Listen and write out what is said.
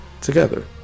together